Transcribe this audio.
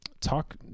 Talk